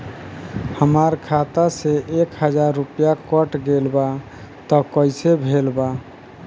हमार खाता से एक हजार रुपया कट गेल बा त कइसे भेल बा?